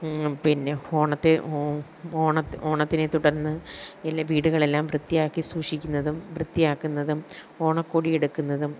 പിന്നെ ഓണത്തെ ഓ ഓണത്തിനെ തുടർന്ന് എല്ലാ വീടുകളെല്ലാം വൃത്തിയാക്കി സൂക്ഷിക്കുന്നതും വൃത്തിയാക്കുന്നതും ഓണക്കോടി എടുക്കുന്നതും